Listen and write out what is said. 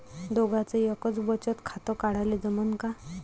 दोघाच एकच बचत खातं काढाले जमनं का?